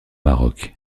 maroc